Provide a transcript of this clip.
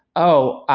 oh,